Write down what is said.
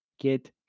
get